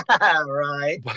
Right